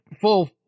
full